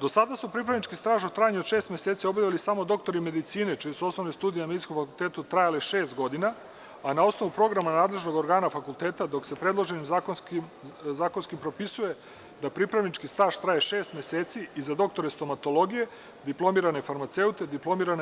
Do sada su pripravnički staž u trajanju od šest meseci obavljali samo doktori medicine čije su osnovne studije na medicinskom fakultetu trajale šest godina, a na osnovu programa nadležnog organa fakulteta dok se predloženim zakonskim rešenjem propisuje da pripravnički staž traje šest meseci i za doktore stomatologije, diplomirane